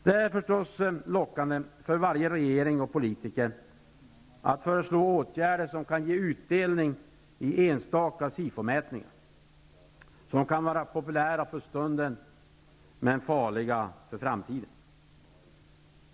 Det är förstås lockande för varje regering och politiker att föreslå åtgärder som kan ge utdelning i enstaka SIFO-mätningar, som kan vara populära för stunden men farliga för framtiden.